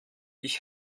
ich